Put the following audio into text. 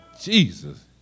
Jesus